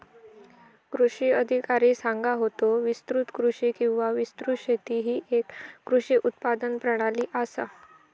कृषी अधिकारी सांगा होतो, विस्तृत कृषी किंवा विस्तृत शेती ही येक कृषी उत्पादन प्रणाली आसा